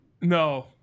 No